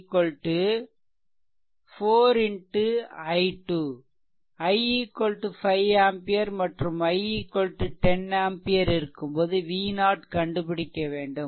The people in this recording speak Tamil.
v0 4 i2 i 5ஆம்பியர் மற்றும் i 10 ஆம்பியர் இருக்கும்போது V0 கண்டுபிடிக்க வேண்டும்